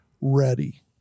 ready